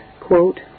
quote